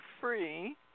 free